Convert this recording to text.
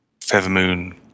Feathermoon